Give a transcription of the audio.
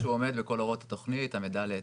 שהוא עומד לכל הוראות התכנית --- אוקי.